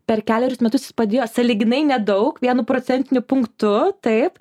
per kelerius metus jis padėjo sąlyginai nedaug vienu procentiniu punktu taip